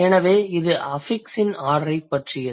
எனவே இது அஃபிக்ஸின் ஆர்டரைப் பற்றியது